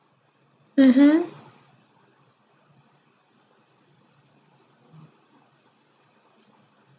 mmhmm